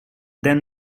then